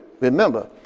remember